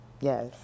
Yes